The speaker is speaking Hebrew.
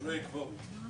סעיף 4: